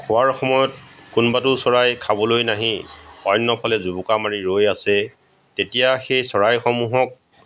খোৱাৰ সময়ত কোনোবাটো চৰাই খাবলৈ নাহি অন্য ফালে জোবোকা মাৰি ৰৈ আছে তেতিয়া সেই চৰাইসমূহক